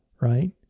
right